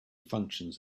functions